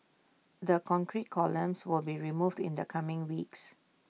the concrete columns will be removed in the coming weeks